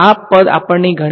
આ પદ આપણને ઘણીવાર મળશે